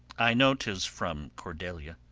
i know tis from cordelia,